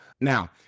Now